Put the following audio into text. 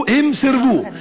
הם סירבו,